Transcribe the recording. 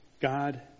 God